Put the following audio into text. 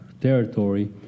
territory